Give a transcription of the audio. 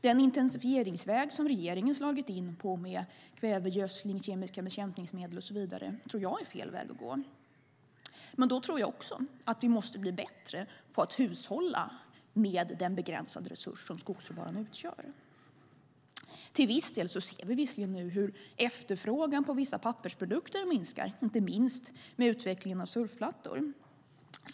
Den intensifieringsväg som regeringen har slagit in på med kvävegödsling, kemiska bekämpningsmedel och så vidare tror jag är fel väg att gå. Men jag tror att vi då också måste bli bättre på att hushålla med den begränsade resurs som skogsråvaran utgör. Till viss del ser vi nu hur efterfrågan på vissa pappersprodukter minskar, inte minst i och med utvecklingen av surfplattor.